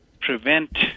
prevent